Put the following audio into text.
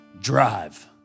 Drive